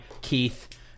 Keith